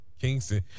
Kingston